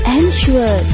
ensure